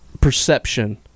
perception